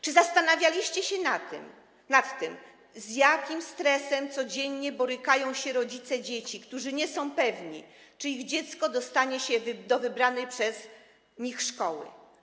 Czy zastanawialiście się nad tym, z jakim stresem codziennie borykają się rodzice, którzy nie są pewni, czy ich dziecko dostanie się do wybranej przez nich szkoły?